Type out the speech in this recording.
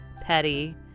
Petty